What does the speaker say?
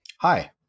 Hi